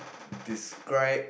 describe